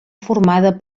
formada